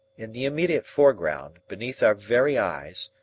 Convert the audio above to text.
in the immediate foreground, beneath our very eyes,